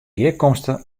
gearkomste